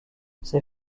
ces